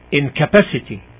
incapacity